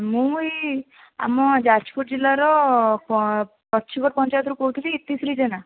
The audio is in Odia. ମୁଁ ଏହି ଆମ ଯାଜପୁର ଜିଲ୍ଲାର ପଛୁଵ ପଞ୍ଚାୟତରୁ କହୁଥିଲି ଇତିଶ୍ରୀ ଜେନା